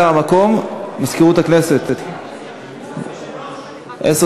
מזכירות הכנסת, האם זו הנמקה מהמקום?